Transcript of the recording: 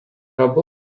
abu